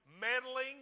meddling